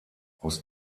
aus